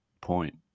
point